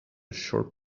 short